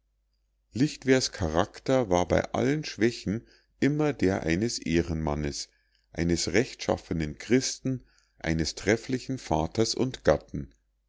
lichtwer's charakter war bei allen schwächen immer der eines ehrenmannes eines rechtschaffenen christen eines trefflichen vaters und gatten